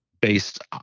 based